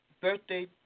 birthday